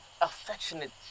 affectionate